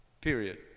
Period